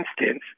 instance